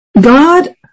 God